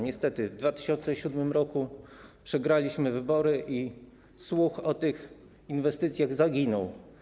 Niestety w 2007 r. przegraliśmy wybory i słuch o tych inwestycjach zaginął.